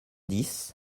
dix